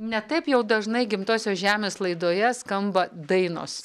ne taip jau dažnai gimtosios žemės laidoje skamba dainos